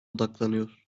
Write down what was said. odaklanıyor